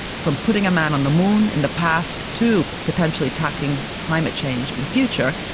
from putting a man on the moon in the past to potentially tackling climate change in the future,